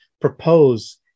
propose